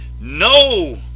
no